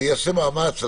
אעשה מאמץ.